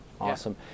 Awesome